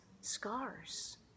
scars